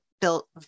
built